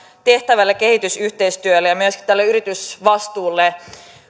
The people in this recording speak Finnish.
tehtävälle kehitysyhteistyölle ja myöskin tälle yritysvastuulle